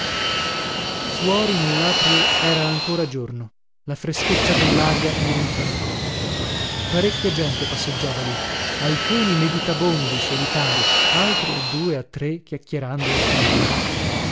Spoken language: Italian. fuori nellatrio era ancora giorno la freschezza dellaria mi rinfrancò parecchia gente passeggiava lì alcuni meditabondi solitarii altri a due a tre chiacchierando e fumando